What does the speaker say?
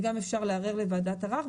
ואפשר לערער לוועדת ערר.